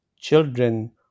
children